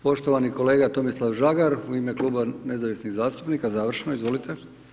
Poštovani kolega Tomislav Žagar, u ime Kluba nezavisnih zastupnika, završno, izvolite.